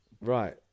Right